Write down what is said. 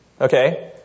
okay